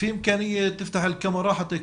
להשמיע את הקול שלי,